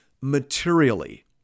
materially